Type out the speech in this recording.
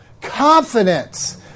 confidence